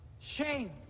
Shame